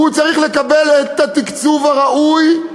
הוא צריך לקבל את התקצוב הראוי,